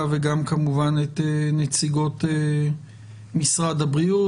וגם כמובן את נציגות משרד הבריאות.